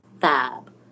Fab